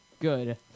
Good